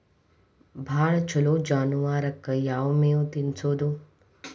ಭಾಳ ಛಲೋ ಜಾನುವಾರಕ್ ಯಾವ್ ಮೇವ್ ತಿನ್ನಸೋದು?